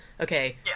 okay